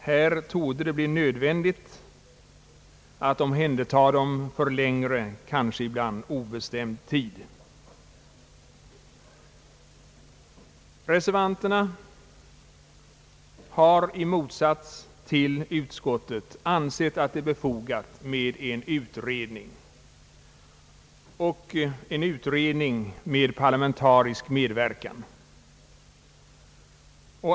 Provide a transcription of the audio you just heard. Här torde i vissa fall bli nödvän digt att omhänderta dem för längre, kanske ibland för obestämd tid. Reservanterna har i motsats till utskottet ansett att det är befogat med en utredning och en utredning med parlamentarisk medverkan.